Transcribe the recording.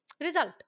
result